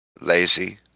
lazy